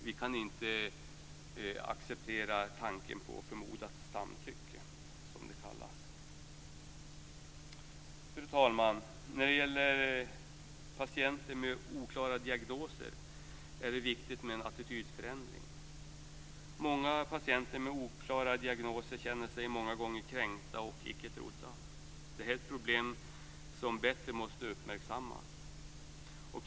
Vi kan inte acceptera tanken på förmodat samtycke, som det kallas. Fru talman! När det gäller patienter med oklara diagnoser är det viktigt med en attitydförändring. Många patienter med oklara diagnoser känner sig många gånger kränkta och icke trodda. Det här är ett problem som bättre måste uppmärksammas.